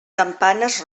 campanes